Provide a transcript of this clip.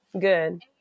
good